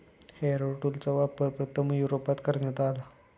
Harrow टूलचा वापर प्रथम युरोपात करण्यात आला